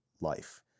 life